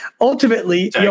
ultimately